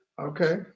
Okay